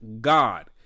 God